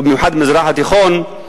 ובמיוחד במזרח התיכון,